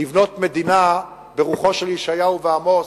לבנות מדינה ברוח של ישעיהו ועמוס,